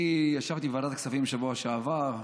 ישבתי בוועדת הכספים בשבוע שעבר.